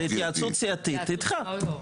להתייעצות סיעתית איתך.